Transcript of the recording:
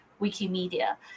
Wikimedia